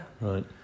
Right